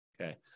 Okay